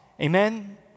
Amen